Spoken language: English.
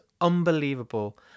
unbelievable